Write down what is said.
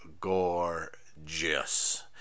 gorgeous